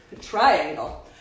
triangle